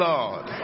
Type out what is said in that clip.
Lord